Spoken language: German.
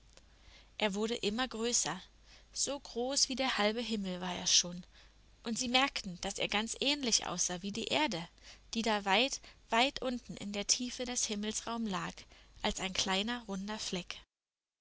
er wurde immer größer so groß wie der halbe himmel war er schon und sie merkten daß er ganz ähnlich aussah wie die erde die da weit weit unten in der tiefe des himmelsraums lag als ein kleiner runder fleck